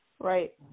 Right